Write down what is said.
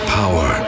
power